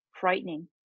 frightening